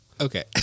Okay